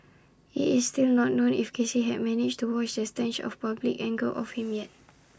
IT is still not known if Casey had managed to wash the stench of public anger off him yet